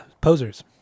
posers